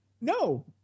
No